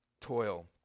toil